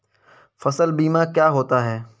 फसल बीमा क्या होता है?